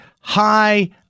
high